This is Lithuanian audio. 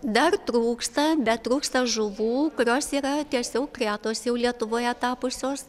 dar trūksta dar trūksta žuvų kurios yra tiesiog retos jau lietuvoje tapusios